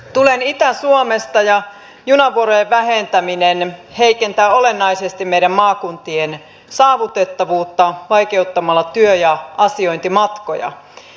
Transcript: tulen itä suomesta ja junavuorojen vähentäminen heikentää olennaisesti meidän maakuntien saavutettavuutta vaikeuttamalla työ ja asiointimatkoja